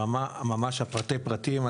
ברמה של ממש פרטי הפרטים.